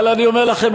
אבל אני אומר לכם,